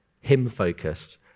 him-focused